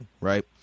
right